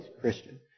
Christian